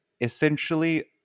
essentially